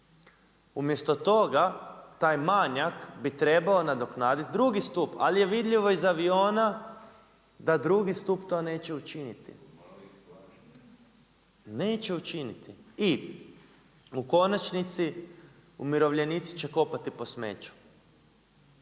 Umjesto toga, taj manjak, bi trebao nadoknaditi drugi stup. Ali je vidljivo iz aviona da drugi stup to neće učiniti. Neće učiniti i u konačnici, umirovljenici će kopati po smeću.